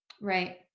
Right